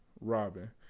Robin